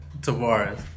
Tavares